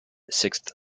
sixth